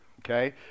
okay